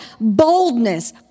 boldness